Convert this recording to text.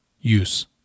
use